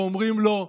ואומרים לו: